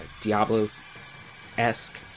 Diablo-esque